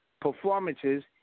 performances